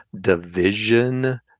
division